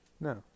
No